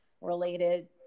related